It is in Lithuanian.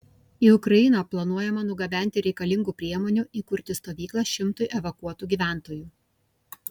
į ukrainą planuojama nugabenti reikalingų priemonių įkurti stovyklą šimtui evakuotų gyventojų